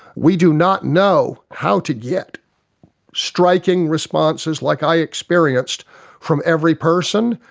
we do not know how to get striking responses like i experienced from every person,